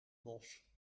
bos